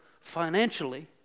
financially